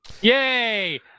Yay